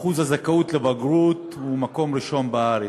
שאחוז הזכאות לבגרות שם הוא במקום ראשון בארץ,